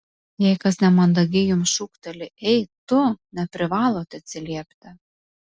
jei kas nemandagiai jums šūkteli ei tu neprivalote atsiliepti